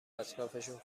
اطرافشون